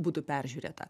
būtų peržiūrėta